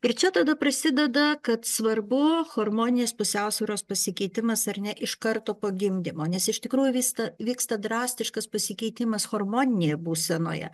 ir čia tada prasideda kad svarbu hormoninės pusiausvyros pasikeitimas ar ne iš karto po gimdymo nes iš tikrųjų vysta vyksta drastiškas pasikeitimas hormoninėje būsenoje